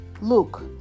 luke